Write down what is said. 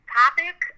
topic